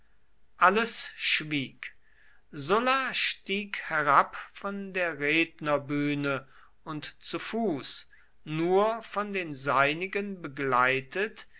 alles schwieg sulla stieg herab von der rednerbühne und zu fuß nur von den seinigen begleitet